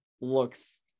looks